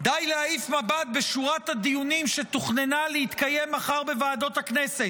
די להעיף מבט בשורת הדיונים שתוכננה להתקיים מחר בוועדות הכנסת: